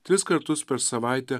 tris kartus per savaitę